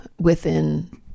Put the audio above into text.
within-